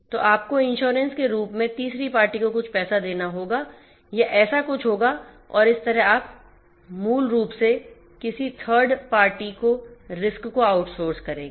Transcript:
तो आपको इंश्योरेंस के रूप में तीसरे पार्टी को कुछ पैसा देना होगा या ऐसा कुछ होगा और इस तरह आप मूल रूप से किसी थर्ड पार्टी को रिस्क को आउटसोर्स करेंगे